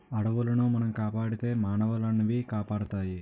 అడవులను మనం కాపాడితే మానవులనవి కాపాడుతాయి